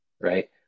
right